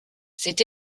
c’est